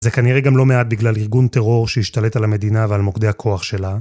זה כנראה גם לא מעט בגלל ארגון טרור שהשתלט על המדינה ועל מוקדי הכוח שלה.